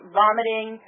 vomiting